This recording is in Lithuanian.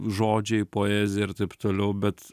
žodžiai poezija ir taip toliau bet